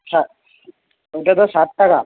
সা ওটা তো সাত টাকা